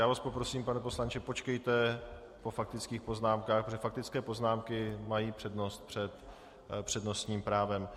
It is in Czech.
Já vás poprosím, pane poslanče, počkejte po faktických poznámkách, protože faktické poznámky mají přednost před přednostním právem.